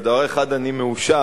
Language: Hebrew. אבל בדבר אחד אני מאושר,